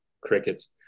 crickets